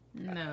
No